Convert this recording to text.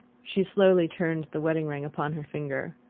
she slowly turned the wedding-ring upon her finger.